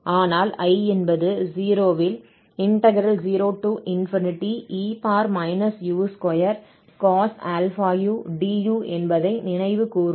ஆனால் I என்பது 0 இல் 0e u2 cos∝u du என்பதை நினைவுகூர்வோம்